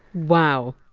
wow,